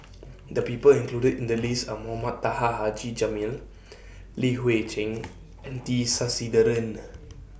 The People included in The list Are Mohamed Taha Haji Jamil Li Hui Cheng and T Sasitharan